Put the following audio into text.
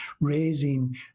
raising